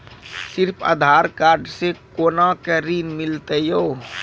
सिर्फ आधार कार्ड से कोना के ऋण मिलते यो?